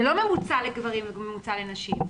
זה לא ממוצע לגברים וממוצע לנשים.